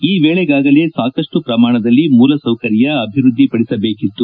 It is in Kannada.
ಈ ವೇಳೆಗಾಗಲೇ ಸಾಕಷ್ಟು ಪ್ರಮಾಣದಲ್ಲಿ ಮೂಲಸೌಕರ್ಯ ಅಭಿವೃದ್ದಿಪಡಿಸಬೇಕಿತ್ತು